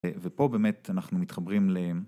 ופה באמת אנחנו מתחברים ל...